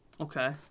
Okay